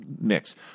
mix